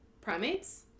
Primates